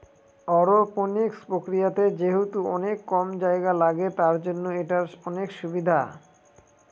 aeroponics প্রক্রিয়াতে যেহেতু অনেক কম জায়গা লাগে, তার জন্য এটার অনেক সুবিধা